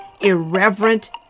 irreverent